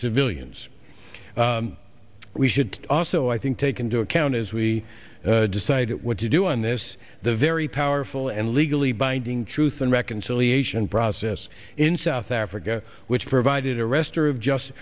civilians we should also i think take into account as we decide what to do on this the very powerful and legally binding truth and reconciliation process in south africa which provided a arrester of just